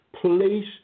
place